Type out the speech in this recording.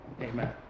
amen